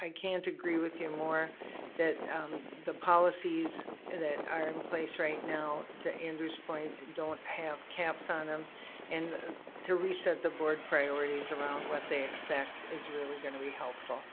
i can't agree with you more that the policies that are in place right now to andrew's points don't have caps on them and to reset the board priorities around what they expect is really gonna be helpful,